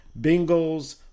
Bengals